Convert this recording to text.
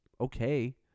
okay